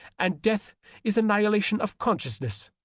and death is annihilation of consciousness,